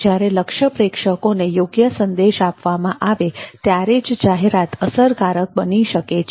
જ્યારે લક્ષ્ય પ્રેક્ષકોને યોગ્ય સંદેશ આપવામાં આવે ત્યારે જ જાહેરાત અસરકારક બની શકે છે